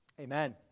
Amen